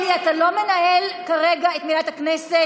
אלי, אתה לא מנהל כרגע את מליאת הכנסת.